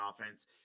offense